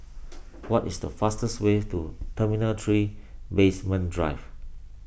what is the fastest way to Terminal three Basement Drive